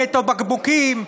נטו בקבוקים,